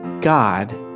God